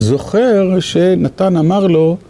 זוכר שנתן אמר לו